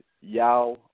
Yao